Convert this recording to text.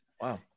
Wow